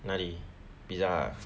哪里 Pizza Hut ah